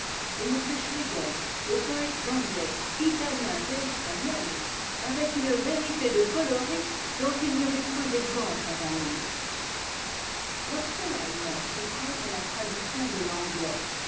et w schlege les poëtes anglais italiens et espagnols avec une vérité de coloris dont il n'y avait point d'exemple avant lui lorsque l'allemand se prête à la traduction de l'anglais